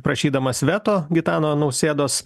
prašydamas veto gitano nausėdos